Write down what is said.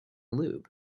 lube